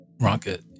rocket